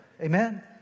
Amen